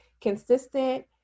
consistent